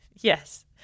yes